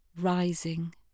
Rising